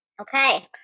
Okay